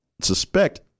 suspect